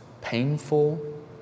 painful